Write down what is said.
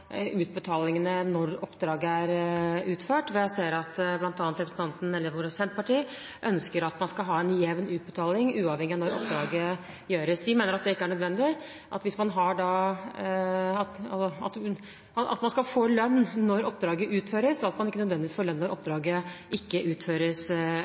utbetalingene når oppdraget er utført. Jeg ser bl.a. at Senterpartiet ønsker at man skal ha en jevn utbetaling, uavhengig av når oppdraget utføres. Vi mener at det ikke er nødvendig, men at man skal få lønn når oppdraget utføres, og ikke nødvendigvis når